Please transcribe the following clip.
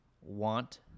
want